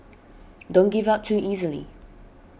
don't give up too easily